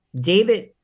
David